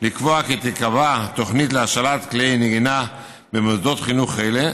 לקבוע כי תיקבע תוכנית להשאלת כלי נגינה במוסדות חינוך אלה,